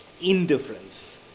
indifference